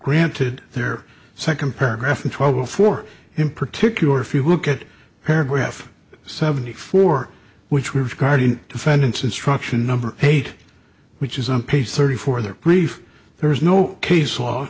granted their second paragraph in trouble for him particular if you look at paragraph seventy four which was guardian defendants instruction number eight which is on page thirty for their brief there is no case law